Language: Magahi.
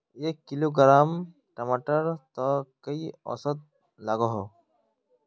एक किलोग्राम टमाटर त कई औसत लागोहो?